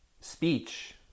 speech